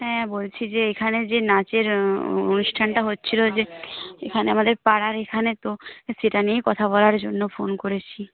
হ্যাঁ বলছি যে এখানে যে নাচের অনুষ্ঠানটা হচ্ছিল যে এখানে আমাদের পাড়ার এখানে তো সেটা নিয়েই কথা বলার জন্য ফোন করেছি